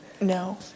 No